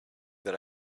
that